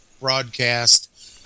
broadcast